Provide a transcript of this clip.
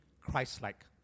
Christ-like